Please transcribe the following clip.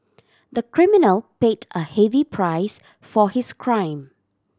the criminal paid a heavy price for his crime